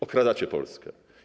Okradacie Polskę.